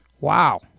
Wow